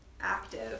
active